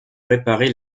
réparer